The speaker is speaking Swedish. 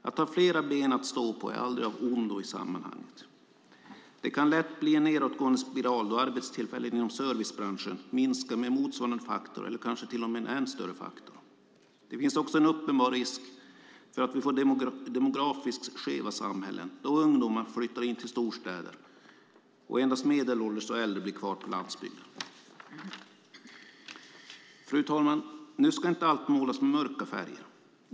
Att ha flera ben att stå på är aldrig av ondo i sammanhanget. Det kan lätt bli en nedåtgående spiral då arbetstillfällen inom servicebranschen minskar med en motsvarande faktor eller kanske till och med en ännu större faktor. Det finns också en uppenbar risk för att vi får demografiskt skeva samhällen när ungdomar flyttar in till storstäderna och endast medelålders och äldre blir kvar på landsbygden. Fru talman! Nu ska inte allt målas med mörka färger.